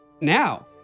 now